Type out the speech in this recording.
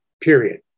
Period